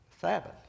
Sabbath